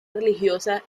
religiosa